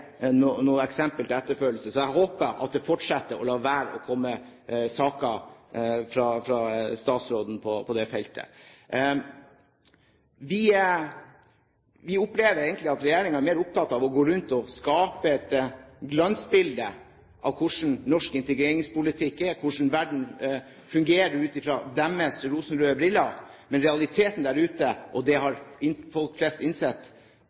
fortsetter å la være å komme saker fra statsråden på det feltet. Vi opplever egentlig at regjeringen er mer opptatt av å gå rundt og skape et glansbilde av hvordan norsk integreringspolitikk er, hvordan verden fungerer ut fra deres rosenrøde briller, men realiteten der ute – og det har folk flest innsett